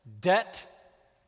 Debt